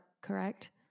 correct